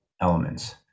elements